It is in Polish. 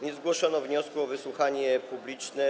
Nie zgłoszono wniosku o wysłuchanie publiczne.